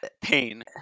pain